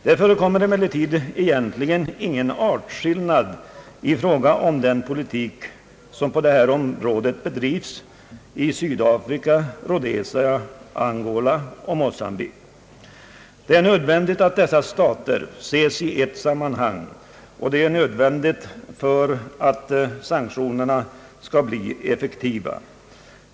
Det förekommer emellertid egentligen ingen artskillnad i fråga om den politik som på detta område bedrivs i Sydafrika, Rhodesia, Angola och Mocambique. Det är nödvändigt att dessa stater ses i ett sammanhang, och det är nödvändigt för att sanktioner skall bli effektiva.